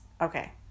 Okay